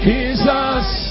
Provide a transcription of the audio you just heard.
Jesus